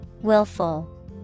willful